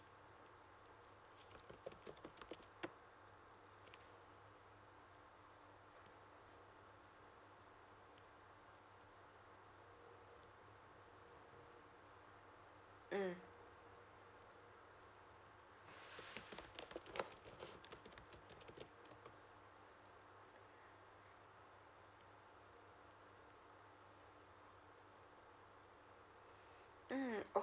mm mm